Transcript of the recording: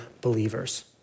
believers